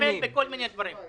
אני מטפל בכל מיני דברים.